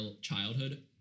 childhood